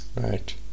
Right